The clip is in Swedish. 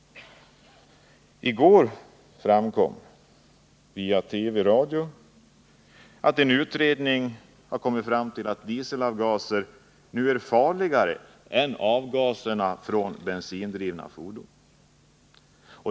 I går framkom via TV och radio att en utredning nu har kommit fram till att dieselavgaser är farligare än avgaser från bensindrivna fordon.